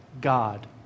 God